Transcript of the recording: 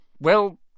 Well